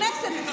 הכנסת,